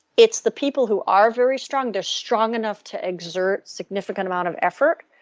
it's the people who are very strong. they're strong enough to exert significant amount of effort,